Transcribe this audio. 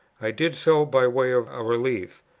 i did so by way of a relief.